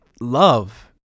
love